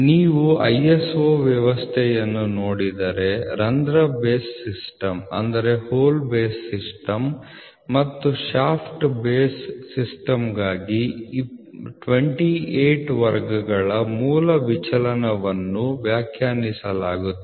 ನೀವು ISO ವ್ಯವಸ್ಥೆಯನ್ನು ನೋಡಿದರೆ ರಂಧ್ರ ಬೇಸ್ ಸಿಸ್ಟಮ್ ಮತ್ತು ಶಾಫ್ಟ್ ಬೇಸ್ ಸಿಸ್ಟಮ್ಗಾಗಿ 28 ವರ್ಗಗಳ ಮೂಲ ವಿಚಲನವನ್ನು ವ್ಯಾಖ್ಯಾನಿಸುತ್ತದೆ